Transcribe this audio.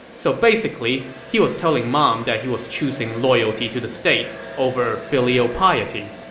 so basically, he was telling mom that he was choosing loyalty to the state over filial piety